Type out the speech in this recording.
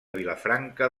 vilafranca